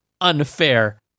unfair